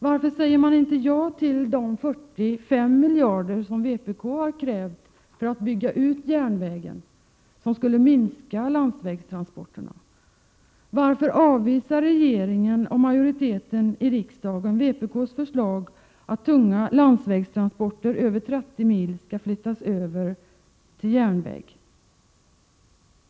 Varför säger man inte ja till de 45 miljarder 6 juni 1988 som vpk har krävt för att bygga ut. järnvägen, vilket skulle minska landsvägstransporterna? Varför avvisar regeringen och majoriteten i riksdagen vpk:s förslag att tunga landsvägstransporter över 30 mil skall flyttas över till järnväg?